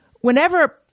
whenever